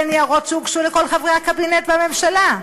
ניירות שהוגשו לכל חברי הקבינט והממשלה.